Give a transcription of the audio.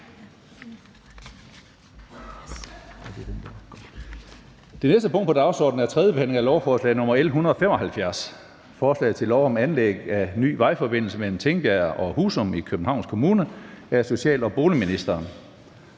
Det næste punkt på dagsordenen er: 23) 3. behandling af lovforslag nr. L 175: Forslag til lov om anlæg af ny vejforbindelse mellem Tingbjerg og Husum i Københavns Kommune. Af social- og boligministeren